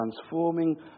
transforming